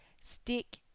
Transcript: stick